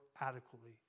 adequately